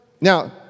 Now